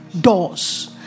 doors